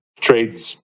trades